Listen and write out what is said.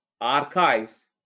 archives